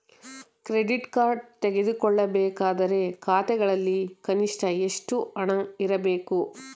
Credit card ತೆಗೆದುಕೊಳ್ಳಬೇಕಾದರೆ ಖಾತೆಯಲ್ಲಿ ಕನಿಷ್ಠ ಎಷ್ಟು ಹಣ ಇರಬೇಕು?